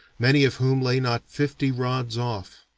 many of whom lay not fifty rods off.